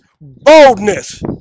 boldness